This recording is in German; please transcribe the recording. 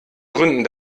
gründen